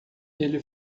ele